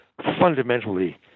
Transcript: fundamentally